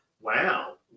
Wow